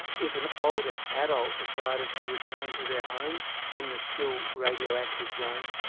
if an older adult decided to return to their home in the still radioactive zone,